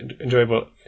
enjoyable